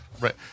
right